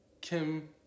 Kim